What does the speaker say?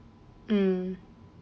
mm